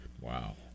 Wow